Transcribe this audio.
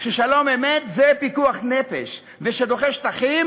ששלום-אמת זה פיקוח נפש שדוחה שטחים